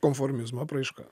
konformizmo apraiška